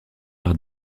par